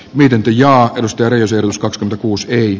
niidenkin joak mystery seluskax kuusi